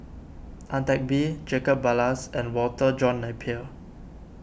Ang Teck Bee Jacob Ballas and Walter John Napier